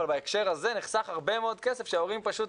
בהקשר הזה נחסך הרבה מאוד כסף שההורים פשוט